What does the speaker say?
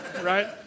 right